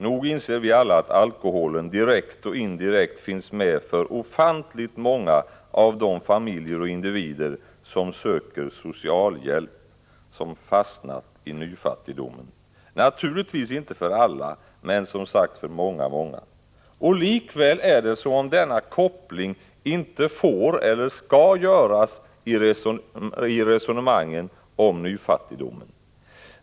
Nog inser vi alla att alkoholen direkt och indirekt finns med för ofantligt många av de familjer och individer som söker socialhjälp, som fastnat i nyfattigdomen. Naturligtvis inte för alla men som sagt för många många. Likväl är det som om denna koppling inte får eller skall göras i resonemangen om nyfattigdomen.